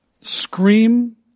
scream